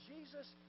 Jesus